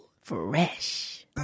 Fresh